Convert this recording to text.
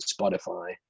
Spotify